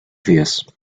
días